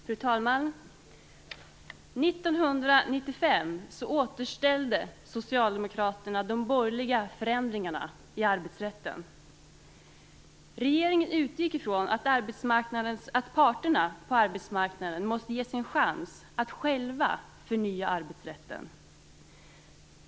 Fru talman! 1995 återställde Socialdemokraterna de borgerliga förändringarna i arbetsrätten. Regeringen utgick ifrån att parterna på arbetsmarknaden måste ges en chans att själva förnya arbetsrätten.